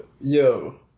Yo